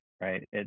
right